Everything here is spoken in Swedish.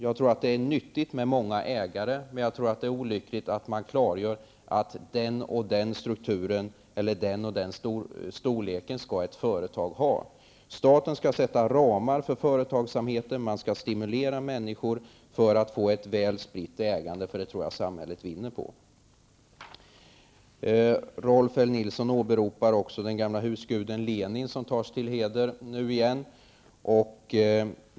Jag tror att det är nyttigt med många ägare, men det vore olyckligt att säga att ett företag skall ha den eller den strukturen resp. storleken. Staten skall sätta upp ramar för företagsamheten och stimulera människor till ett spritt ägande. Det tror jag samhället vinner på. Dessutom åberopar Rolf L Nilson den gamle husguden Lenin, som på nytt tas till heders.